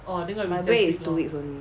my break is two weeks only